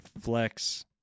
flex